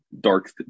dark